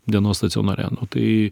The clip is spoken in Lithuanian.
dienos stacionare nu tai